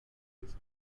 its